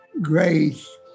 Grace